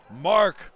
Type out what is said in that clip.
Mark